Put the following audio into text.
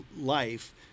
life